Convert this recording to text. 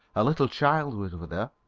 a little child was with her,